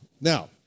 Now